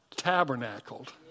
tabernacled